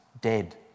dead